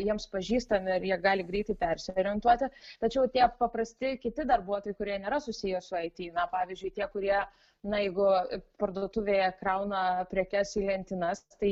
jiems pažįstami ir jie gali greitai persiorientuoti tačiau tie paprasti kiti darbuotojai kurie nėra susiję su it na pavyzdžiui tie kurie na jeigu parduotuvėje krauna prekes į lentynas tai